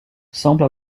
semble